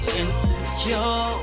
insecure